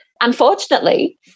Unfortunately